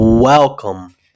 Welcome